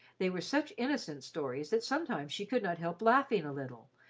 they were such innocent stories that sometimes she could not help laughing a little,